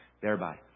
thereby